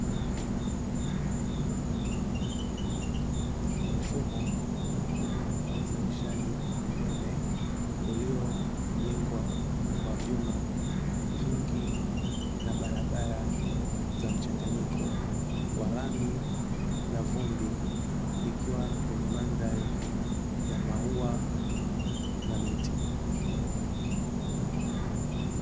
Mfumo mkubwa wa uzalishaji umeme uliojengwa kwa vyuma vingi, na barabara za mchanganyiko wa lami na vumbi, ikiwa kwenye mandhari ya maua na miti.